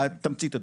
בתמצית הדברים,